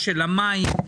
של המים,